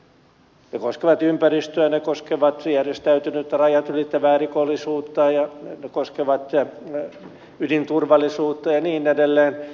ne koskevat ympäristöä ne koskevat rajat ylittävää järjestäytynyttä rikollisuutta ne koskevat ydinturvallisuutta ja niin edelleen